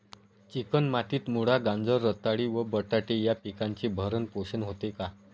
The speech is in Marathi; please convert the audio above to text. चिकण मातीत मुळा, गाजर, रताळी व बटाटे या पिकांचे भरण पोषण होते का?